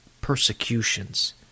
persecutions